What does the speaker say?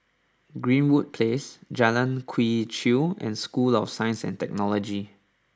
Greenwood Place Jalan Quee Chew and School of Science and Technology